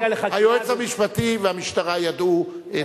היועץ המשפטי והמשטרה ידעו את כל העובדות.